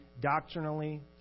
doctrinally